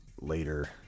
later